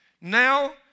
Now